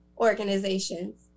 organizations